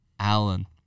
Allen